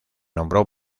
nombró